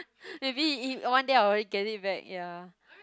maybe he one day I already get it back ya